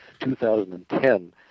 2010